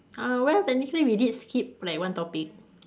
uh well technically we did skip like one topic